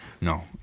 No